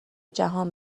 جهان